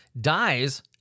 dies